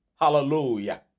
Hallelujah